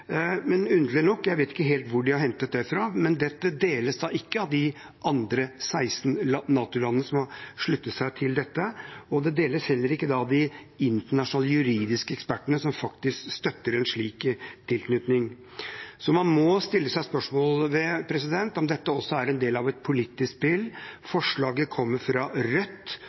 Men underlig nok – jeg vet ikke helt hvor de har hentet det fra – deles ikke dette av de 16 NATO-landene som har sluttet seg til dette. Det deles heller ikke av de internasjonale juridiske ekspertene, som faktisk støtter en slik tilknytning. Man må stille spørsmål ved om dette også er en del av et politisk spill. Forslaget kommer fra Rødt,